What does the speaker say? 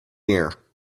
here